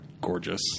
gorgeous